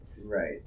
Right